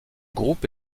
groupe